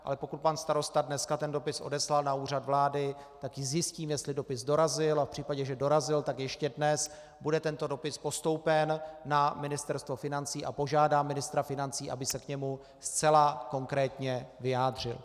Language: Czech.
Ale pokud pan starosta dneska ten dopis odeslal na Úřad vlády, tak zjistím, jestli dopis dorazil, a v případě, že dorazil, tak ještě dnes bude tento dopis postoupen na Ministerstvo financí a požádám ministra financí, aby se k němu zcela konkrétně vyjádřil.